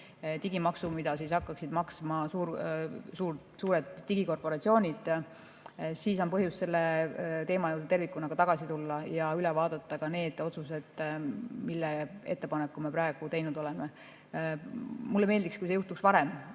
digimaksu, mida hakkaksid maksma suured digikorporatsioonid, siis on põhjust selle teema juurde tervikuna tagasi tulla ja üle vaadata ka need otsused, mille ettepaneku me praegu teinud oleme. Mulle meeldiks, kui see juhtuks varem,